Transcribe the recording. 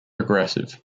aggressive